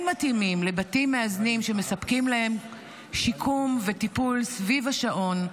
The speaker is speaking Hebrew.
מתאימים לבתים מאזנים שמספקים להם שיקום וטיפול סביב השעון,